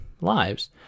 lives